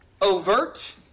overt